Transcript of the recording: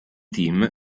team